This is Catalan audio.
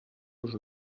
los